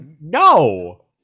no